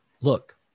look